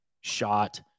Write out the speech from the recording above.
shot